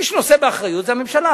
מי שנושא באחריות זה הממשלה,